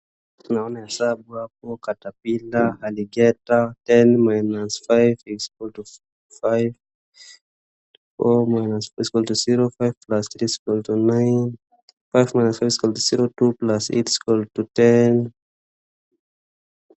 Naona hesabu hapo, catapillar , alligator . Ten minus five is equal to five . Four is equal to zero . Five plus three is equal to nine . Five minus five is equal to zero . Two plus eight is equal to ten .